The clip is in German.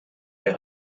der